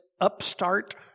upstart